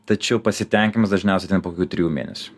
tačiau pasitenkinimas dažniausia ateina po kokių trijų mėnesių